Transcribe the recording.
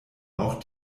auch